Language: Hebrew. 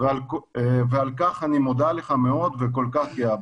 ועל כך אני מודה לך מאוד וכל כך גאה בך.